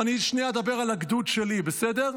אני שנייה אדבר על הגדוד שלי, בסדר?